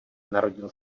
narodil